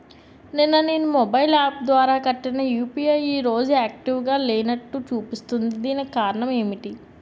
నిన్న నేను mobile app ద్వారా కట్టిన యు.పి.ఐ ఈ రోజు యాక్టివ్ గా లేనట్టు చూపిస్తుంది దీనికి కారణం ఏమిటి?